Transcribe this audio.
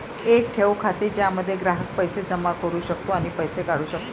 एक ठेव खाते ज्यामध्ये ग्राहक पैसे जमा करू शकतो आणि पैसे काढू शकतो